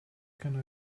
can